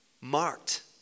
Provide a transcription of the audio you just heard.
marked